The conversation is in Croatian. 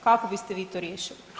Kako biste vi to riješili?